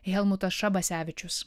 helmutas šabasevičius